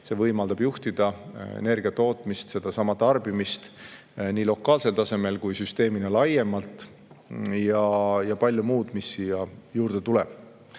see võimaldab juhtida energia tootmist ja tarbimist nii lokaalsel tasemel kui ka süsteemina laiemalt. Ja on veel palju muud, mis siia juurde tuleb.